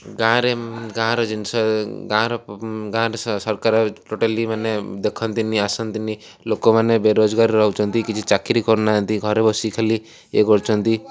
ଗାଁରେ ଗାଁର ଜିନିଷ ଗାଁର ଗାଁରେ ସରକାର ଟୋଟାଲି ମାନେ ଦେଖନ୍ତିନି ଆସନ୍ତିନି ଲୋକମାନେ ବେରୋଜଗାର ରହୁଛନ୍ତି କିଛି ଚାକିରି କରୁନାହାନ୍ତି ଘରେ ବସି ଖାଲି ଇଏ କରୁଛନ୍ତି